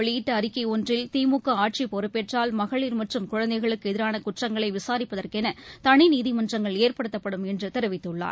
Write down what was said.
வெளியிட்டஅறிக்கைஒன்றில் திமுகஆட்சிப்பொறுப்பேற்றால் மகளிர்மற்றம் முன்னதாக அவர் குழந்தைகளுக்குஎதிரானகுற்ங்களைவிசாரிப்பதற்கௌதனிநீதிமன்றங்கள் ஏற்படுத்தப்படும் என்றுதெரிவித்துள்ளார்